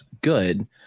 good